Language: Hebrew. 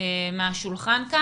מהשולחן הזה.